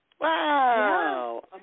Wow